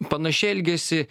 panašiai elgiasi